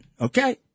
okay